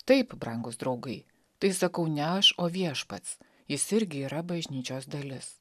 taip brangūs draugai tai sakau ne aš o viešpats jis irgi yra bažnyčios dalis